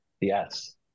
Yes